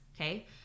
Okay